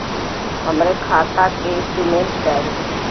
हमरे खाता के स्टेटमेंट चाही?